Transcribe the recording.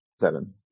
Seven